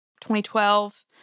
2012